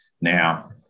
Now